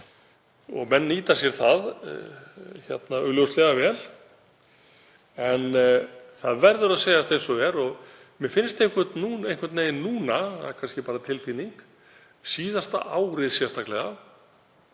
Og menn nýta sér það augljóslega vel. En það verður að segjast eins og er, og mér finnst einhvern veginn núna, það er kannski bara tilfinning, að síðasta árið sérstaklega